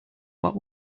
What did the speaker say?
what